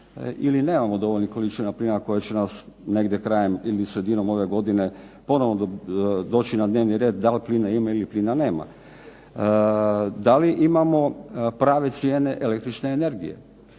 li imamo dovoljnih količina plina koja će nas sredinom ili krajem ove godine ponovno doći na red da li plina ima ili nema. Da li imamo prave cijene električne energije.